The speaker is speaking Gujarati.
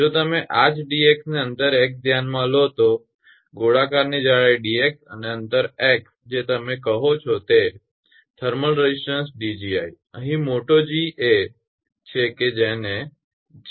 જો તમે આ જ dx ને અંતરે x ધ્યાનમાં લો તો ગોળાકારની જાડાઈ dx અને અંતર x જે તમે કહો છો તે થર્મલ રેઝિસ્ટન્સ 𝑑𝐺𝑖 અહીં મોટો G એ છે જેને 𝑔𝑙